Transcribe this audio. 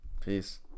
Peace